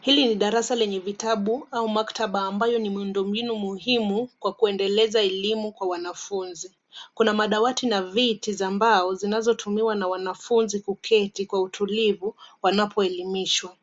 Hili ni darasa lenye vitabu au maktaba ambayo ni miundo mbinu muhimu kwa kuendeleza elimu kwa wanafunzi. Kuna madawati na viti za mbao zinazotumiwa na wanafunzi kuketi kwa utulivu wanapoelimishwa.